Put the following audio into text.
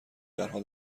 درها